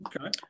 Okay